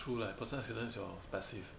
true lah personal accident is your passive